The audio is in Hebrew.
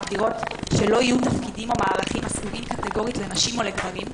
שמגדירות שלא יהיו תפקידים או מערכים הסגורים קטגורית לנשים או לגברים,